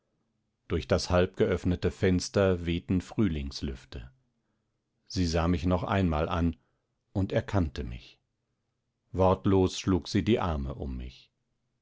durch das halb geöffnete fenster wehten frühlingslüfte sie sah mich noch einmal an und erkannte mich wortlos schlang sie die arme um mich